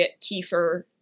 kefir